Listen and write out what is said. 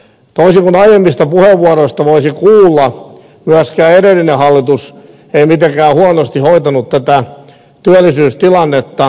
toisin kuin aiemmista puheenvuoroista voisi kuulla myöskään edellinen hallitus ei mitenkään huonosti hoitanut tätä työllisyystilannetta